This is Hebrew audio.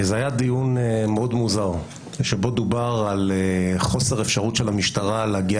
זה היה דיון מאוד מוזר בו דובר על חוסר אפשרות של המשטרה להגיע